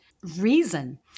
reason